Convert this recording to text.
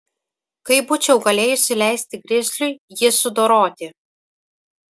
kaip būčiau galėjusi leisti grizliui jį sudoroti